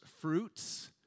Fruits